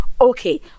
Okay